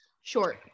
Sure